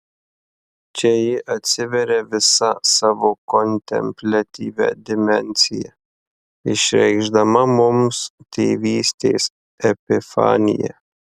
čia ji atsiveria visa savo kontempliatyvia dimensija išreikšdama mums tėvystės epifaniją